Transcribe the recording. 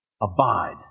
Abide